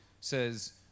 says